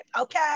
okay